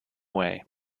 way